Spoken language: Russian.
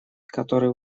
который